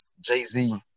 Jay-Z